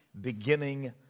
beginning